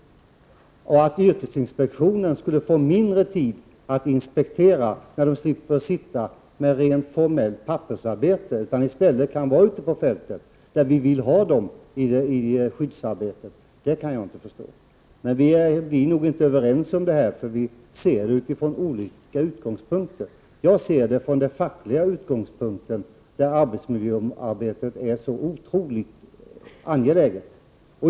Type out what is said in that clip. Att de som är verksamma inom yrkesinspektionen skulle få mindre tid att inspektera när de slipper ägna sig åt rent formellt pappersarbete och i stället kan vara ute på fältet, där vi vill ha dem i skyddsarbetet, kan jag inte förstå. Vi är nog inte överens om detta, eftersom vi ser på det från olika utgångspunkter. Jag ser det från den fackliga utgångspunkten, från vilken arbetsmiljöarbetet är så otroligt angeläget.